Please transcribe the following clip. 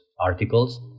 articles